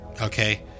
okay